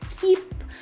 keep